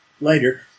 later